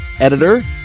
editor